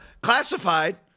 classified